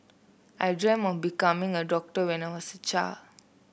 I dreamt of becoming a doctor when I was a child